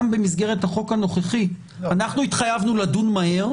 גם במסגרת החוק הנוכחי התחייבנו לדון מהר.